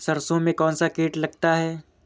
सरसों में कौनसा कीट लगता है?